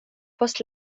post